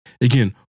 again